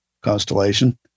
constellation